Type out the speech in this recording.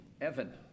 Evan